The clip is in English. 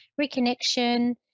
reconnection